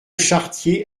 chartier